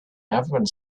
everyone